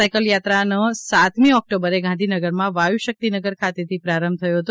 સાયકલયાત્રાનો સાતમી ઓક્ટોબરે ગાંધીનગરમાં વાયુશક્તિનગર ખાતેથી પ્રારંભ થયો હતો